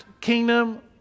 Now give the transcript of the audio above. kingdom